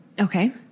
Okay